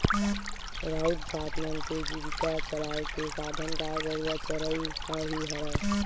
राउत जात मन के जीविका चलाय के साधन गाय गरुवा चरई ह ही हरय